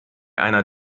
einer